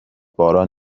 باران